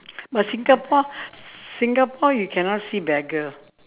but singapore singapore you cannot see beggar